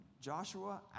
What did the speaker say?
Joshua